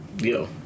Yo